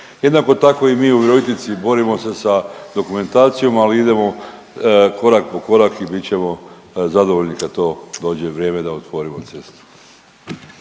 Jednako tako i mi u Virovitici borimo se sa dokumentacijom, ali idemo korak po korak i bit ćemo zadovoljni kad to dođe vrijeme da otvorimo cestu.